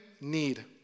need